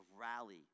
rally